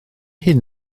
hyn